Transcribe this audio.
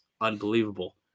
unbelievable